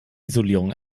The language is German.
isolierung